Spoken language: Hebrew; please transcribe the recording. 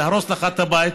להרוס לך את הבית.